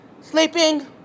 sleeping